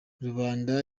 rubanda